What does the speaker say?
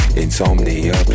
insomnia